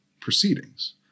proceedings